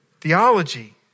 theology